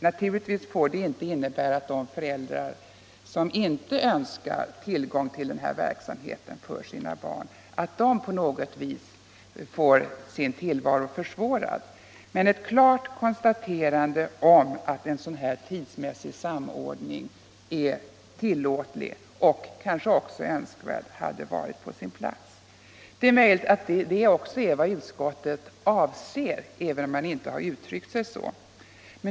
Naturligtvis får inte tillvaron för de föräldrar som inte önskar tillgång till sådan här verksamhet för sina barn på något sätt försvåras. Men ett klart konstaterande om att en sådan här tidsmässig samordning är tillåtlig och kanske också önskvärd hade varit på sin plats. Det är möjligen också det utskottet avser även om det inte har uttryckt sig så.